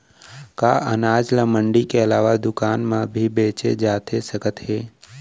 का अनाज ल मंडी के अलावा दुकान म भी बेचे जाथे सकत हे?